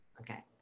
Okay